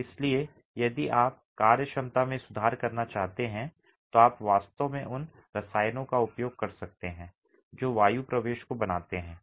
इसलिए यदि आप कार्य क्षमता में सुधार करना चाहते हैं तो आप वास्तव में उन रसायनों का उपयोग कर सकते हैं जो वायु प्रवेश को बनाते हैं